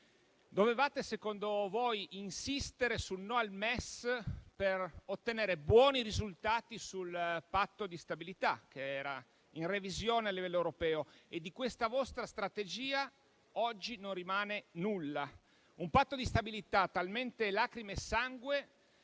Dovevate, secondo voi, insistere sul no al MES per ottenere buoni risultati sul Patto di stabilità, che era in revisione a livello europeo. Ma di questa vostra strategia oggi non rimane nulla: un Patto di stabilità talmente lacrime e sangue